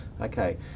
Okay